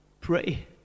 pray